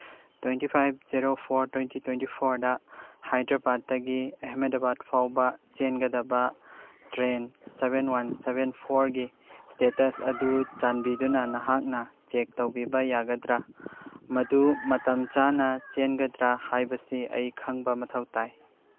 twenty five zero four twenty twenty ꯐꯣꯔꯗ ꯍꯥꯏꯗ꯭ꯔꯕꯥꯠꯇꯒꯤ ꯑꯦꯍꯃꯦꯗꯕꯥꯠ ꯐꯥꯎꯕ ꯆꯦꯟꯒꯗꯕ ꯇ꯭ꯔꯦꯟ ꯁꯚꯦꯟ ꯋꯥꯟ ꯁꯚꯦꯟ ꯐꯣꯔꯒꯤ ꯏꯁꯇꯦꯇꯁ ꯑꯗꯨ ꯆꯥꯟꯕꯤꯗꯨꯅ ꯅꯍꯥꯛꯅ ꯆꯦꯛ ꯇꯧꯕꯤꯕ ꯌꯥꯒꯗ꯭ꯔꯥ ꯃꯗꯨ ꯃꯇꯝ ꯆꯥꯅ ꯆꯦꯟꯒꯗ꯭ꯔꯥ ꯍꯥꯏꯕꯁꯤ ꯑꯩ ꯈꯪꯕ ꯃꯊꯧ ꯇꯥꯏ